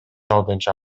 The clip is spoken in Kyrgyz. алдынча